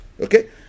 Okay